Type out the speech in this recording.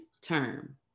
term